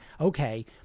okay